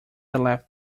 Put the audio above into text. left